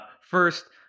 First